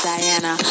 Diana